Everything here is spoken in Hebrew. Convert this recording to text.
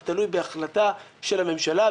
זה תלוי בהחלטה של הממשלה,